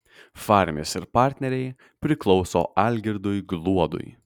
farmis ir partneriai priklauso algirdui gluodui